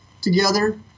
together